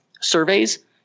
surveys